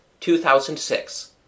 2006